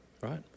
right